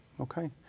okay